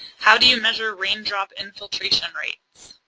how do you measure rain drop infiltration rates?